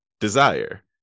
desire